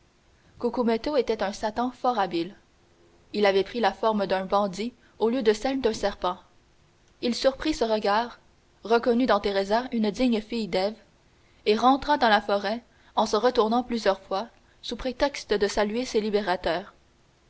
cucumetto était un satan fort habile il avait pris la forme d'un bandit au lieu de celle d'un serpent il surprit ce regard reconnut dans teresa une digne fille d'ève et rentra dans la forêt en se retournant plusieurs fois sous prétexte de saluer ses libérateurs